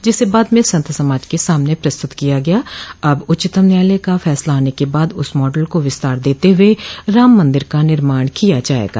जिसे बाद में संत समाज के सामने प्रस्तुत किया गया और अब उच्चतम न्यायालय का फैसला आने के बाद उस मॉडल को विस्तार देते हुए राम मन्दिर का निर्माण किया जायेगा